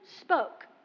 spoke